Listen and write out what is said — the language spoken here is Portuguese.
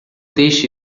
deixe